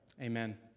Amen